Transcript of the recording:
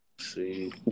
See